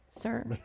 sir